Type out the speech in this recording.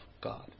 God